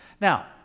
Now